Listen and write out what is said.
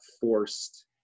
forced